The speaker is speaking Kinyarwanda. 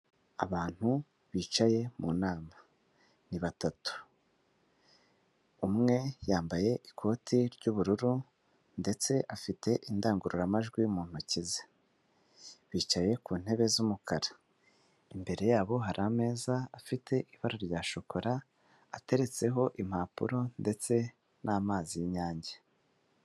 Abantu bicaye mu nama ni batatu, umwe yambaye ikote ry'ubururu ndetse afite indangururamajwi mu ntoki ze, bicaye ku ntebe z'umukara. Imbere yabo hari ameza afite ibara rya shokora ateretseho impapuro ndetse n'amazi y'inyange.